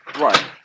Right